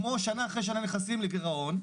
שנה אחרי שנה נכנסים לגירעון,